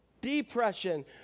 depression